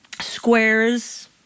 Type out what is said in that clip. squares